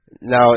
Now